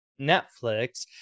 netflix